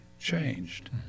Changed